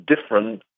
different